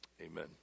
Amen